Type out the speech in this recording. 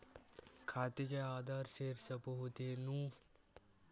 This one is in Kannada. ಖಾತೆಗೆ ಆಧಾರ್ ಸೇರಿಸಬಹುದೇನೂ?